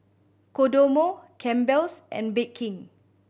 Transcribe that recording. Kodomo Campbell's and Bake King